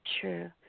True